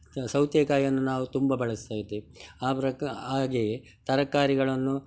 ಸೌತೆಕಾಯಿಯನ್ನು ನಾವು ತುಂಬ ಬಳಸ್ತಾ ಇದ್ದೇವೆ ಆ ಪ್ರಕ್ಕ ಹಾಗೆಯೇ ತರಕಾರಿಗಳನ್ನು